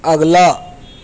اگلا